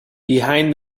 behind